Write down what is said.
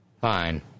Fine